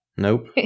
Nope